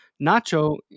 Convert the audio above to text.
Nacho